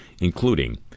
including